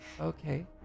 Okay